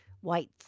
white